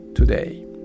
Today